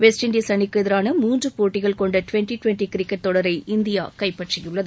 west Indies அணிக்கு எதிரான மூன்று போட்டிகள் கொண்ட ட்வெண்ட்டி ட்வெண்ட்டி கிரிக்கெட் தொடரை இந்தியா கைப்பற்றியுள்ளது